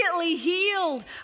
healed